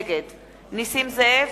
נגד נסים זאב,